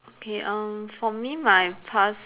okay uh for me my past